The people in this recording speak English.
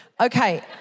Okay